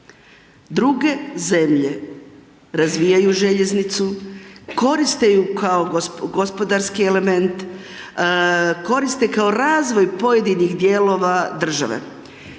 Druge zemlje razvijaju željeznicu, koriste ju kao gospodarski element, koriste kao razvoj pojedinih dijelova države.